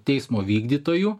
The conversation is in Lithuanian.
teismo vykdytojų